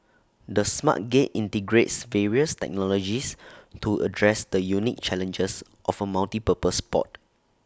the smart gate integrates various technologies to address the unique challenges of A multipurpose port